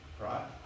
right